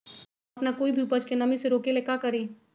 हम अपना कोई भी उपज के नमी से रोके के ले का करी?